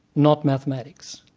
not mathematics.